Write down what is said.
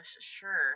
sure